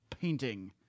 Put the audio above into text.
painting